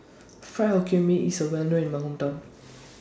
Fried Hokkien Mee IS Well known in My Hometown